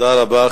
תודה רבה.